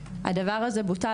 הדבר הזה בוטל,